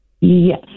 Yes